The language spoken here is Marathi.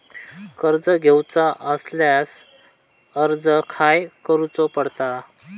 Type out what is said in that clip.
कर्ज घेऊचा असल्यास अर्ज खाय करूचो पडता?